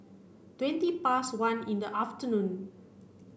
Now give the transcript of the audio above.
twenty past one in the afternoon